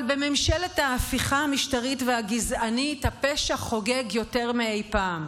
אבל בממשלת ההפיכה המשטרית והגזענית הפשע חוגג יותר מאי פעם.